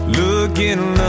looking